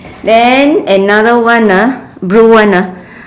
then another one ah blue one ah